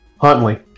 Huntley